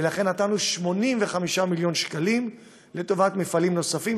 ולכן נתנו 85 מיליון שקלים לטובת מפעלים נוספים.